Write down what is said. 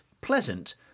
pleasant